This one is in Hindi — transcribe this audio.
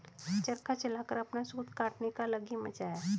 चरखा चलाकर अपना सूत काटने का अलग ही मजा है